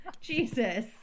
Jesus